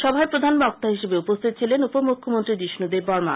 সভায় প্রধান বক্তা হিসেবে উপস্থিত ছিলেন উপমুখ্যমন্ত্রী যিষ্ণু দেববর্মা